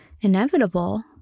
inevitable